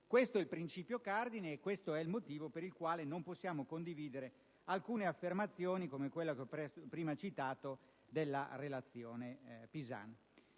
questo il principio cardine ed il motivo per il quale non possiamo condividere alcune affermazioni, come quella che ho prima citato, della relazione Pisanu.